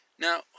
Now